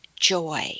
joy